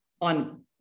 on